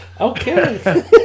Okay